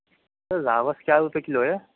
سر راوس کیا روپے کلو ہے